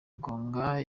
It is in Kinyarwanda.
igonga